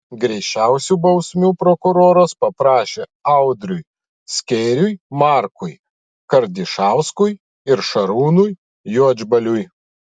griežčiausių bausmių prokuroras paprašė audriui skėriui markui kardišauskui ir šarūnui juodžbaliui